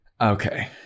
Okay